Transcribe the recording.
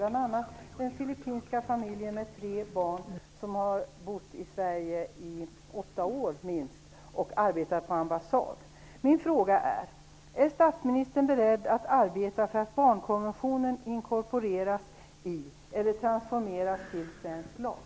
Ett gäller den filippinska familj med tre barn som har bott i Sverige i minst åtta år och arbetat på ambassad. Är statsministern beredd att arbeta för att barnkonventionen inkorporeras med eller transformeras till svensk lag?